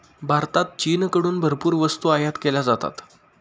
भारतात चीनकडून भरपूर वस्तू आयात केल्या जातात